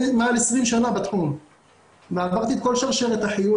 אני מעל 20 שנים בתחום ועברתי את כל שרשרת החיול.